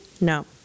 no